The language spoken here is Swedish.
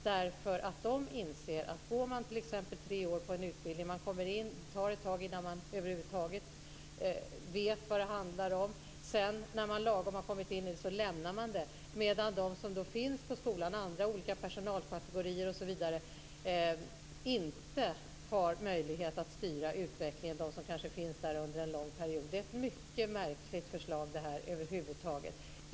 De inser nämligen att om de går t.ex. tre år på en utbildning tar det ett tag innan de över huvud taget vet vad det handlar om. Sedan när de lagom har kommit in i det lämnar de det. De som finns på skolan, olika personalkategorier, och som kanske finns där under en lång period har däremot inte möjlighet att styra utvecklingen. Detta är över huvud taget ett mycket märkligt förslag.